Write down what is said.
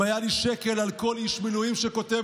אם היה לי שקל על כל איש מילואים שכותב